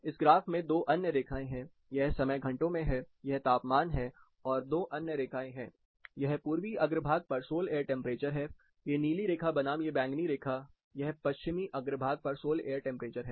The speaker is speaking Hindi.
इस ग्राफ में दो अन्य रेखाएँ हैं यह समय घंटों में है यह तापमान है और दो अन्य रेखाएँ हैं यह पूर्वी अग्रभाग पर सोल एयर टेंपरेचर है यह नीली रेखा बनाम यह बैंगनी रेखा यह पश्चिमी अग्रभाग पर सोल एयर टेंपरेचर है